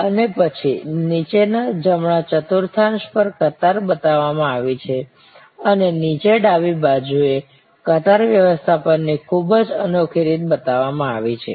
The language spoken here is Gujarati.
અને પછી નીચેના જમણા ચતુર્થાંશ પર કતાર બતાવવામાં આવી છે અને નીચે ડાબી બાજુએ કતાર વ્યવસ્થાપનની ખૂબ જ અનોખી રીત બતાવવામાં આવી છે